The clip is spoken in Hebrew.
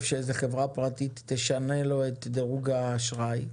שאיזו חברה פרטית תשנה לו את דירוג האשראי,